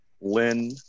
Lynn